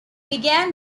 began